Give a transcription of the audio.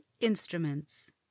instruments